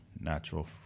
natural